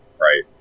right